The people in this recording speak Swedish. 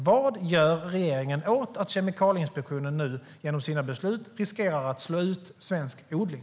Vad gör regeringen åt att Kemikalieinspektionen nu genom sina beslut riskerar att slå ut svensk odling?